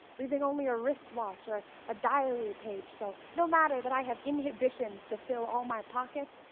leaving only a wristwatch or a diary page. so no matter that i have inhibitions to fill all my pockets,